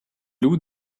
loue